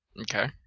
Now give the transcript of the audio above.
Okay